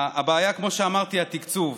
הבעיה, כפי שאמרתי, היא התקצוב.